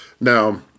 now